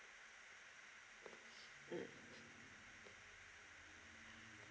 mm